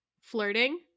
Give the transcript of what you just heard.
Flirting